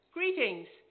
Greetings